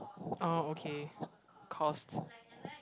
oh okay caused